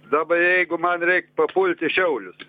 dabar jeigu man reik papult į šiaulius